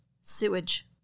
Sewage